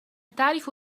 تعرف